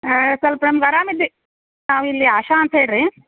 ಹಾಂ ಸ್ವಲ್ಪ ನಮ್ಗೆ ಆರಾಮ ಇದ್ದಿ ನಾವು ಇಲ್ಲಿ ಆಶಾ ಅಂತ ಹೇಳಿರಿ